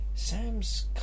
Sam's